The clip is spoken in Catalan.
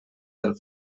del